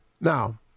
Now